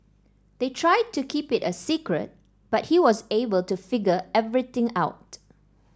they tried to keep it a secret but he was able to figure everything out